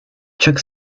chuck